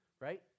right